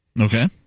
Okay